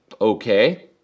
Okay